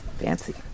Fancy